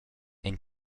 ein